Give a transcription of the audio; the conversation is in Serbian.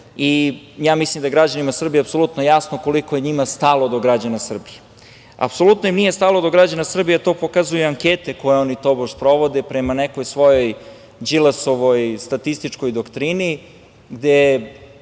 i ja mislim da je građanima Srbije apsolutno jasno koliko je njima stalo do građana Srbije. Apsolutno im nije stalo do građana Srbije, a to pokazuju ankete koje oni tobož sprovode. Prema nekoj svojoj Đilasovoj statističkoj doktrini gde